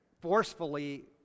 forcefully